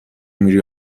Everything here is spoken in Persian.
میری